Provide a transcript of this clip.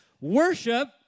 Worship